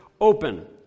open